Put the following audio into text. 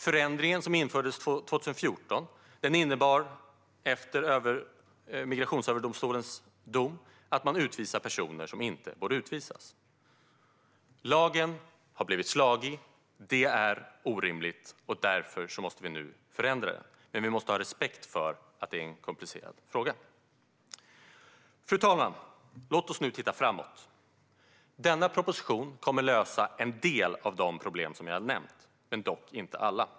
Förändringen, som infördes 2014, innebär efter Migrationsöverdomstolens dom att man utvisar personer som inte får utvisas. Lagen har blivit slagig. Det är orimligt, och därför måste vi nu förändra den. Men vi måste ha respekt för att det är en komplicerad fråga. Fru talman! Låt oss nu titta framåt. Denna proposition kommer att lösa en del av de problem som jag har nämnt, dock inte alla.